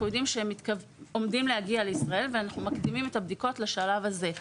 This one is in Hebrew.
יודעים שהם עומדים להגיע לישראל ואנחנו מקדימים את הבדיקות לשלב הזה.